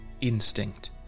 Instinct